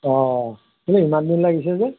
অঁ এই ইমানদিন লাগিছে যে